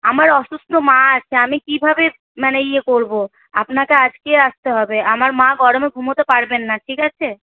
আমার অসুস্থ মা আছে আমি কিভাবে মানে ইয়ে করব আপনাকে আজকেই আসতে হবে আমার মা গরমে ঘুমোতে পারবেন না ঠিক আছে